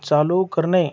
चालू करणे